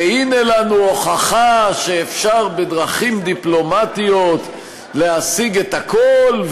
והנה לנו הוכחה שאפשר בדרכים דיפלומטיות להשיג את הכול,